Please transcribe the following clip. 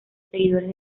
seguidores